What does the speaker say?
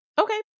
okay